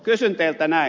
kysyn teiltä näin